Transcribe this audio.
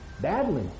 Badly